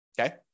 Okay